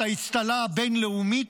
את האצטלה הבין-לאומית,